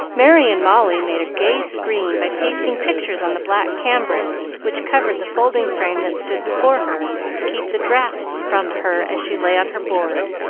merry and molly made a gay screen by pasting pictures on the black cambric which covered the folding frame that stood before her to keep the draughts from her as she lay on her board.